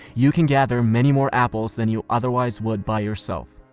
you can gather many more apples than you otherwise would by yourself.